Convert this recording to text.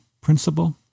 principle